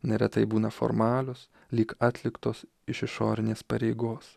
neretai būna formalios lyg atliktos iš išorinės pareigos